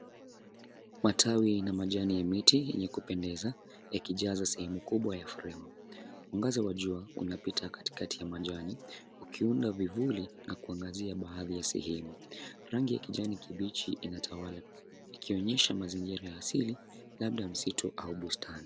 Matawi na majani ya miti yenye kupendeza, yakijaza sehemu kubwa ya fremu. Mwangaza wa jua unapita katikati ya majani, ukiunda vivuli na kuangazia baadhi ya sehemu. Rangi ya kijani kibichi inatawala. Ikionyesha mazingira ya asili labda msitu au bustani .